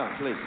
please